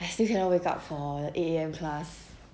I still cannot wake up for the eight A_M class